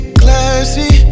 classy